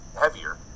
heavier